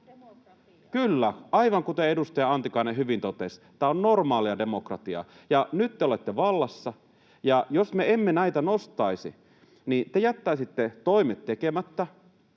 Kyllä, aivan kuten edustaja Antikainen hyvin totesi, tämä on normaalia demokratiaa. — Nyt te olette vallassa, ja jos me emme näitä nostaisi, niin te jättäisitte toimet tekemättä,